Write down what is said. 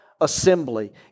assembly